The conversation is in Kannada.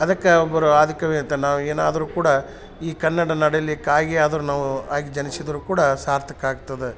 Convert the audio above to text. ಅದಕ್ಕೆ ಒಬ್ಬರು ಆದಿಕವಿ ಅಂತ ನಾವು ಏನಾದರು ಕೂಡ ಈ ಕನ್ನಡ ನಾಡಲ್ಲಿ ಕಾಗಿಯಾದ್ರು ನಾವು ಆಗಿ ಜನಿಸಿದರು ಕೂಡ ಸಾರ್ಥಕ ಆಗ್ತದ